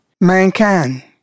mankind